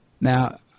Now